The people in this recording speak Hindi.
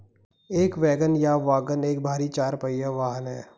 एक वैगन या वाग्गन एक भारी चार पहिया वाहन है